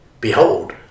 behold